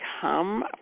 come